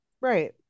Right